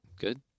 good